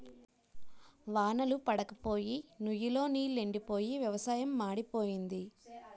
వాన్ళ్లు పడప్పోయి నుయ్ లో నీలెండిపోయి వ్యవసాయం మాడిపోయింది